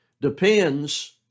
depends